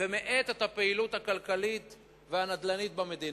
ומאט את הפעילות הכלכלית והנדל"נית במדינה.